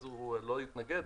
אז הוא לא יתנגד.